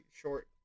short